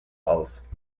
aus